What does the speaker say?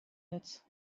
nuts